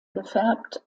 gefärbt